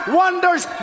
wonders